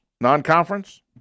non-conference